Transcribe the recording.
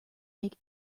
make